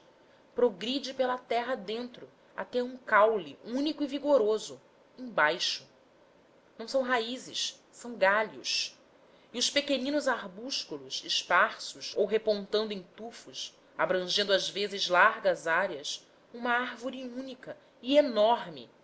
progride pela terra dentro até a um caule único e vigoroso embaixo não são raízes são galhos e os pequeninos arbúsculos esparsos ou repontando em tufos abrangendo às vezes largas áreas uma árvore única e enorme